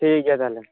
ᱴᱷᱤᱠ ᱜᱮᱭᱟ ᱛᱟᱦᱚᱞᱮ